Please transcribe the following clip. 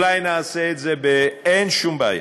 אולי נעשה את זה, אין שום בעיה.